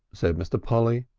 said mr. polly,